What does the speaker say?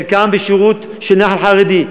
חלקם בשירות של נח"ל חרדי,